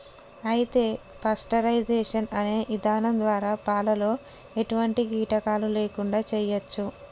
అయితే పాస్టరైజేషన్ అనే ఇధానం ద్వారా పాలలో ఎటువంటి కీటకాలు లేకుండా చేయచ్చు